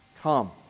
Come